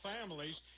families